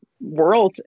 world